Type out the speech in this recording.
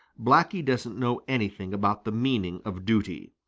blacky doesn't know anything about the meaning of duty,